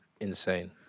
Insane